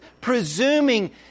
presuming